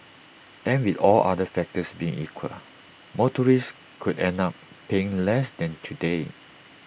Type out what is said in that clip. and with all other factors being equal motorists could end up paying less than today